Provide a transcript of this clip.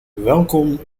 welkom